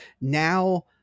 now